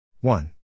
one